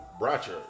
Bratcher